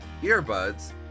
earbuds